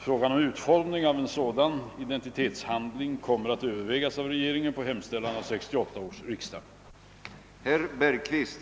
Frågan om utformningen av en sådan identitetshandling kommer att övervägas av regeringen på hemställan av 1968 års riksdag.